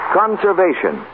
conservation